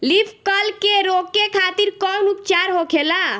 Leaf curl के रोके खातिर कउन उपचार होखेला?